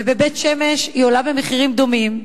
ובבית-שמש המחירים דומים,